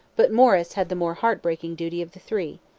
but morris had the more heart-breaking duty of the three,